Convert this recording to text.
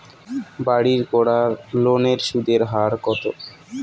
বাড়ির করার লোনের সুদের হার কত?